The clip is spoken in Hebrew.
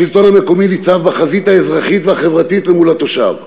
השלטון המקומי ניצב בחזית האזרחית והחברתית אל מול התושב,